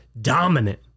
dominant